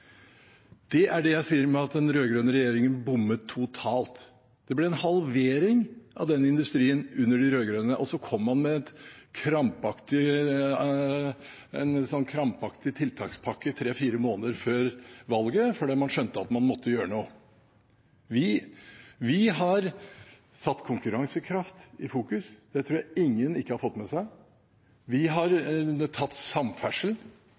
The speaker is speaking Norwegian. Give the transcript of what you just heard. Det er da jeg sier at den rød-grønne regjeringen bommet totalt. Det ble en halvering av den industrien under de rød-grønne, og så kom man med en krampaktig tiltakspakke tre–fire måneder før valget, fordi man skjønte at man måtte gjøre noe. Vi har satt konkurransekraft i fokus – jeg tror ikke at ingen har fått det med seg. Vi har gjort noe med samferdsel.